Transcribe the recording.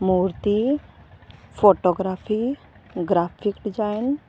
ਮੂਰਤੀ photography graphic design